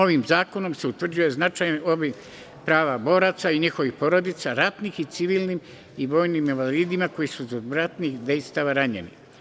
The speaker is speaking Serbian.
Ovim zakonom se utvrđuje značajan obim prava boraca i njihovih porodica, ratnim, civilnim i vojnim invalidima koji su zbog ratnih dejstava ranjeni.